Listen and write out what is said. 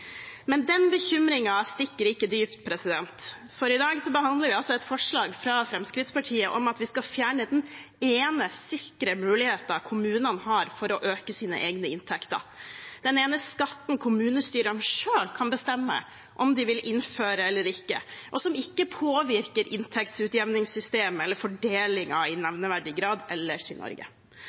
Men den bekymringen stikker ikke dypt, for i dag behandler vi et forslag fra Fremskrittspartiet om at vi skal fjerne den ene, sikre muligheten kommunene har for å øke sine egne inntekter – den eneste skatten kommunestyrene selv kan bestemme om de vil innføre eller ikke, og som ikke påvirker inntektsutjevningssystemet eller fordelingen i nevneverdig grad ellers i Norge.